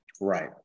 Right